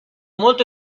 molto